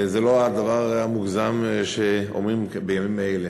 זה לא הדבר המוגזם שאומרים בימים אלה.